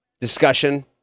discussion